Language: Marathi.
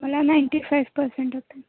मला नाईंटी फाईव्ह पर्सेंट होते